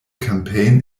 campaign